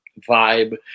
vibe